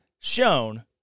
shown